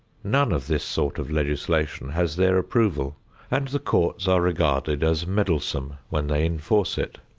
none of this sort of legislation has their approval and the courts are regarded as meddlesome when they enforce it.